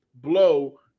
blow